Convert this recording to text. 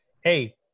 Hey